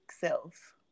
self